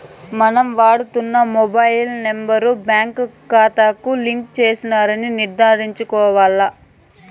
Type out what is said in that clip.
మనం వాడుతున్న mobile number బాంకీ కాతాకు లింక్ చేసినారని నిర్ధారించుకోవాల్ల